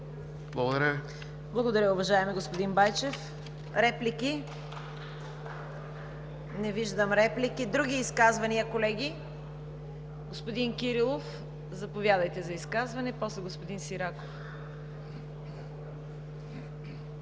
Благодаря Ви, уважаеми господин Байчев. Има ли реплики? Не виждам. Има ли други изказвания, колеги? Господин Кирилов, заповядайте за изказване, после господин Сираков.